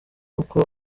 uko